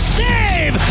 save